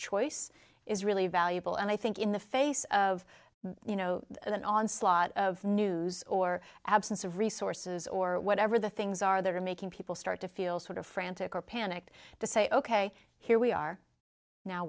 choice is really valuable and i think in the face of you know that onslaught of news or absence of resources or whatever the things are that are making people start to feel sort of frantic or panicked to say ok here we are now